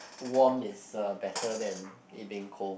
warm is uh better than it being cold